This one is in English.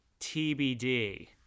tbd